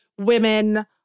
women